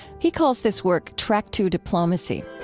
he calls this work track to diplomacy.